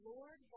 Lord